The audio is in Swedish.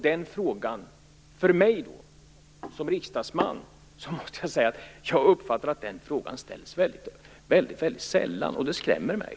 Jag som riksdagsman uppfattar att den frågan ställs väldigt sällan. Det skrämmer mig.